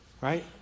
right